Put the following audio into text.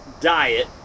diet